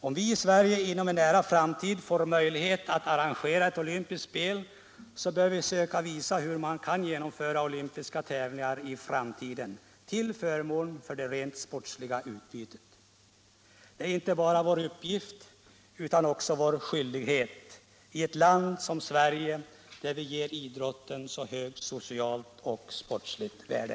Om vi i Sverige inom en nära framtid får möjlighet att arrangera ett olympiskt spel, så bör vi söka visa hur man kan genomföra olympiska tävlingar i framtiden till förmån för det rent sportsliga utbytet. Detta är inte bara vår uppgift utan också vår skyldighet i ett land som Sverige, där vi ger idrotten så högt socialt och sportsligt värde.